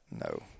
No